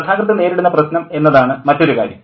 കഥാകൃത്ത് നേരിടുന്ന പ്രശ്നം എന്നതാണ് മറ്റൊരു കാര്യം